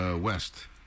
west